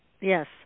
Yes